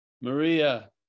Maria